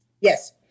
Yes